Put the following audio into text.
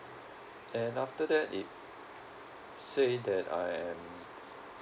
then after that if say that I am